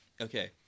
Okay